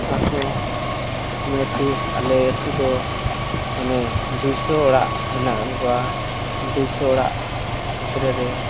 ᱟᱨᱦᱚᱸ ᱡᱮᱦᱮᱛᱩ ᱟᱞᱮ ᱟᱹᱛᱩ ᱫᱚ ᱢᱟᱱᱮ ᱫᱩᱭᱥᱚ ᱚᱲᱟᱜ ᱢᱮᱱᱟᱜ ᱠᱚᱣᱟ ᱫᱩᱭᱥᱚ ᱚᱲᱟᱜ ᱵᱷᱤᱛᱨᱤ ᱨᱮ